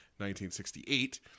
1968